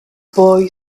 boy